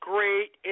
Great